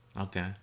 Okay